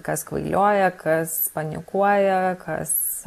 kas kvailioja kas panikuoja kas